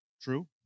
True